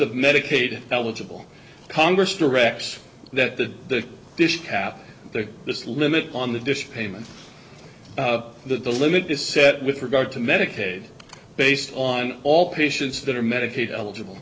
of medicaid eligible congress directs that the dish cap this limit on the dish payment that the limit is set with regard to medicaid based on all patients that are medicaid eligible